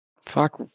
Fuck